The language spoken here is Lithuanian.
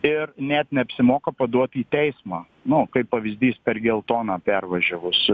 ir net neapsimoka paduoti į teismą nu kaip pavyzdys per geltoną pervažiavus